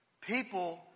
People